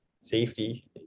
safety